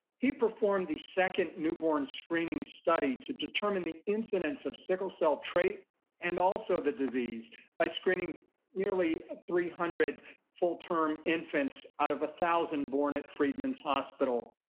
he performed the second newborn screening study to determine the incidents of sickle cell trait and also the disease by screening nearly three hundred full-term infants out of one thousand born at freedman's hospital.